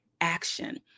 action